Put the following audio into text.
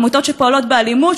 עמותות שפעולות באלימות,